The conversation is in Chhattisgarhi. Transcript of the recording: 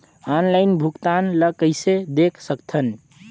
ऑनलाइन भुगतान ल कइसे देख सकथन?